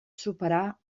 superar